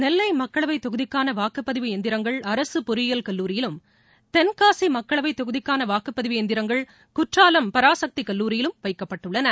நெல்லை மக்களவைத் தொகுதிக்கான வாக்குப்பதிவு இயந்திரங்கள் அரசு பொறியியல் கல்லூரியிலும் தென்காசி மக்களவைத் தொகுதிக்கான வாக்குப்பதிவு இயந்திரங்கள் குற்றாலம் பராசக்தி கல்லூரியிலும் வைக்கப்பட்டுள்ளன